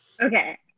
Okay